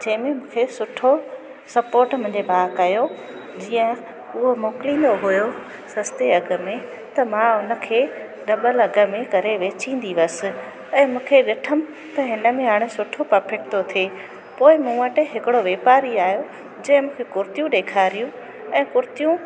जंहिंमें मूंखे सुठो सपोर्ट मुंहिंजे भाउ कयो जीअं उहो मोकिलींदो हुओ सस्ते अघ में त मां उन खे डबल अघ में करे वेचींदी हुअसि ऐं मूंखे ॾिठमि त हिन में हाणे सुठो प्रोफिट थो थिए पोइ मूं वटि हिकिड़ो वापारी आहियो जंहिं मूंखे कुर्तियूं ॾेखारियूं ऐं कुर्तियूं